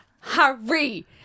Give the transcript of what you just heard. Harry